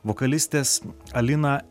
vokalistės alina